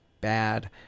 bad